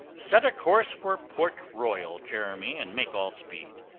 set a course for port royal, jeremy, and make all speed.